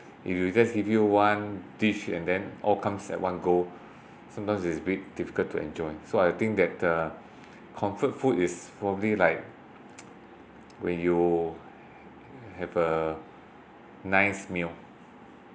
if you just give you one dish and then all comes at one go sometimes it's a bit difficult to enjoy so I think that uh comfort food is probably like when you have a nice meal